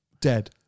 Dead